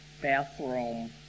bathroom